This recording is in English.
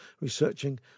researching